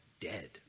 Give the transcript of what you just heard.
dead